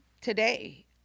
today